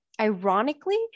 ironically